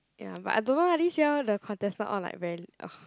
ya but I don't know eh this year the contestant all like very little